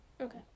Okay